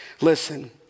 Listen